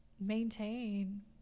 maintain